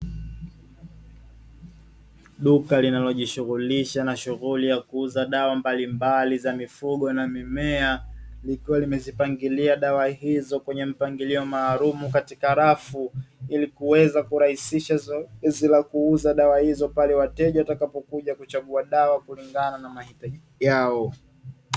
Duka linalojishughulisha na shughuli ya kuuza dawa mbalimbali, za mifugo na mimea nikiwa nimezipangilia dawa hizo kwenye mpangilio maalum katika rafu, ili kuweza kurahisisha zile kuuza dawa hizo pale wateja watakapokuja kuchagua dawa kulingana na mahitaji yao.